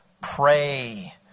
Pray